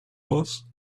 was